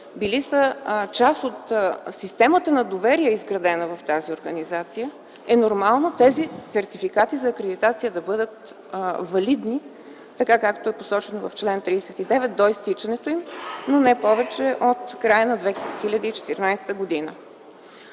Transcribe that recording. били са част от системата на доверие, изградена в тази организация, е нормално тези сертификати за акредитация да бъдат валидни, така както е посочено в чл. 39, до изтичането им, но не повече от края на 2014 г.